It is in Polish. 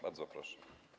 Bardzo proszę.